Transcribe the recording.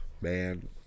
man